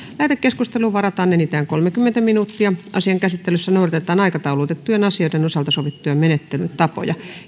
lähetekeskusteluun varataan enintään kolmekymmentä minuuttia asian käsittelyssä noudatetaan aikataulutettujen asioiden osalta sovittuja menettelytapoja